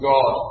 God